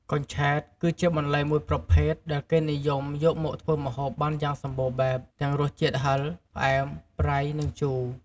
កញ្ឆែត គឺជាបន្លែមួយប្រភេទដែលគេនិយមយកមកធ្វើម្ហូបបានយ៉ាងសម្បូរបែប ទាំងរសជាតិហឹរ ផ្អែម ប្រៃ និងជូរ។